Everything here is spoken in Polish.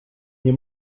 nie